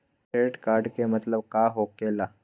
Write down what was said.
Credit card के मतलब का होकेला?